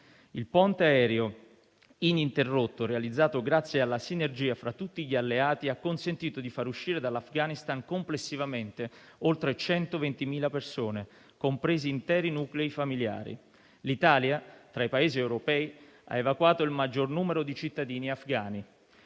Il ponte aereo ininterrotto, realizzato grazie alla sinergia fra tutti gli alleati, ha consentito di far uscire dall'Afghanistan complessivamente oltre 120.000 persone, compresi interi nuclei familiari. L'Italia, tra i Paesi europei, ha evacuato il maggior numero di cittadini afghani.